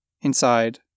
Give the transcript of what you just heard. Inside